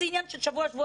זה עניין של שבוע-שבועיים.